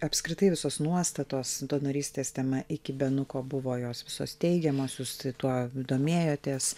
apskritai visos nuostatos donorystės tema iki benuko buvo jos visos teigiamosios jūs tuo domėjotės